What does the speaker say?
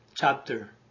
chapter